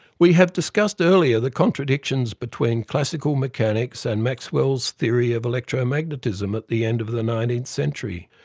we have discussed earlier the contradictions between classical mechanics and maxwell's theory of electromagnetism at the end of the nineteenth century.